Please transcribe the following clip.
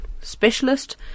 specialist